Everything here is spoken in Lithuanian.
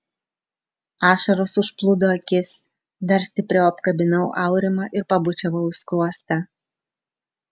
ašaros užplūdo akis dar stipriau apkabinau aurimą ir pabučiavau į skruostą